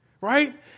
right